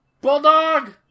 Bulldog